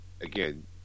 again